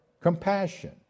compassion